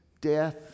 death